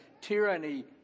tyranny